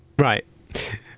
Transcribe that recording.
Right